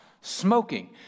smoking